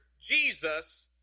Jesus